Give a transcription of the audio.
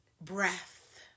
breath